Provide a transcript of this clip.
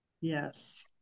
Yes